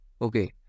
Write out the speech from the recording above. Okay